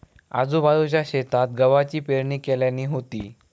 आजूबाजूच्या शेतात गव्हाची पेरणी केल्यानी होती